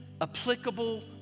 applicable